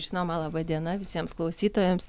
žinoma laba diena visiems klausytojams